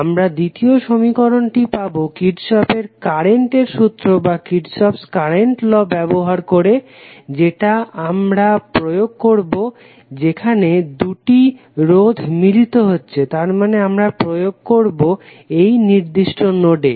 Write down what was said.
আমরা দ্বিতীয় সমীকরণটি পাবো কির্শফের কারেন্টের সূত্র ব্যবহার করে যেটা আমরা প্রয়োগ করবো যেখানে দুটি রোধ মিলিত হচ্ছে তার মানে আমরা প্রয়োগ করবো এই নির্দিষ্ট নোডে